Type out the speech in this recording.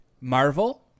Marvel